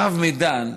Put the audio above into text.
הרב מדן,